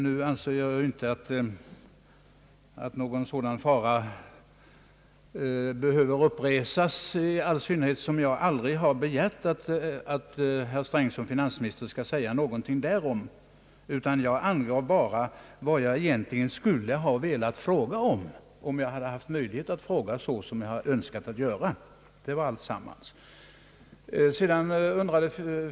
Jag anser inte att någon sådan fara behöver uppstå, i all synnerhet som jag aldrig har begärt att herr Sträng som finansminister skall säga någonting därom. Jag angav bara vad jag egentligen skulle ha velat fråga, om jag hade haft möjlighet att fråga så som jag önskat. Det var alltsammans.